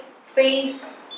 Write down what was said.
face